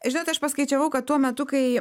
žinot aš paskaičiavau kad tuo metu kai